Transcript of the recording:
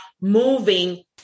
moving